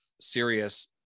serious